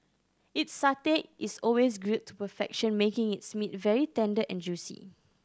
its satay is always grilled to perfection making its meat very tender and juicy